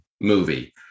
movie